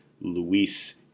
Luis